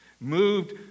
Moved